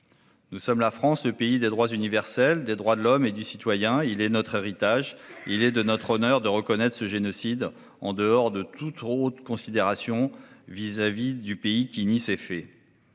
Nous sommes la France, le pays des droits universels, des droits de l'homme et du citoyen. Il y va de notre héritage, il y va de notre honneur de reconnaître ce génocide, en dehors de toute autre considération vis-à-vis du pays qui nie ces faits.